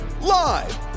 Live